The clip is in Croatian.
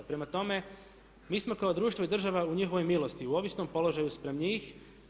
Prema tome, mi smo kao društvo i država u njihovoj milosti, u ovisnom položaju spram njih.